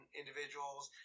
individuals